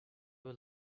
were